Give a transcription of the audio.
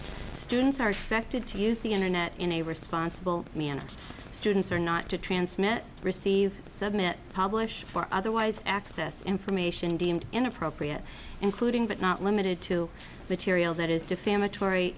students are expected to use the internet in a responsible manner students or not to transmit receive submit publish or otherwise access information deemed inappropriate including but not limited to material that is defamatory